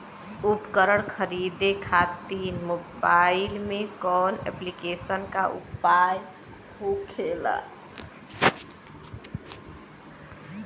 उपकरण खरीदे खाते मोबाइल में कौन ऐप्लिकेशन का उपयोग होखेला?